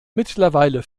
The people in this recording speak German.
mittlerweile